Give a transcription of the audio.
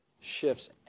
shifts